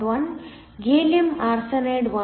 1 gallium arsenide 1